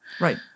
Right